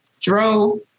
drove